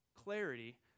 clarity